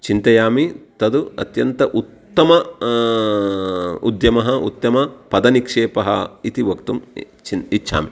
चिन्तयामि तद् अत्यन्त उत्तम उद्यमः उत्तमपदनिक्षेपः इति वक्तुम् इच्छामि इच्छामि